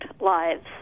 lives